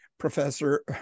Professor